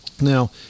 Now